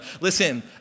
listen